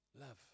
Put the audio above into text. Love